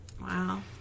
Wow